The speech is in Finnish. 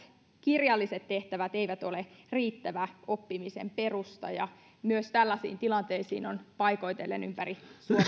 kirjalliset tehtävät eivät ole riittävä oppimisen perusta ja myös tällaisiin tilanteisiin on paikoitellen ympäri suomea koronan myötä